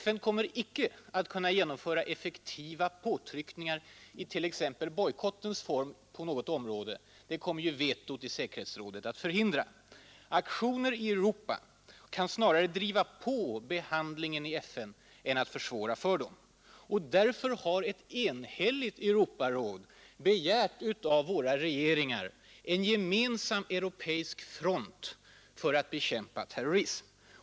FN kommer inte att kunna genomföra effektiva påtryckningar i t.ex. bojkottens form på något område. Det kommer ju vetot i säkerhetsrådet att förhindra. Aktioner i Europa kan snarare driva på behandlingen i FN än försvåra dem. Därför har ett enhälligt Europaråd begärt av våra regeringar ”en gemensam europeisk front för att bekämpa terrorism”.